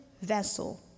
vessel